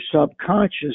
subconscious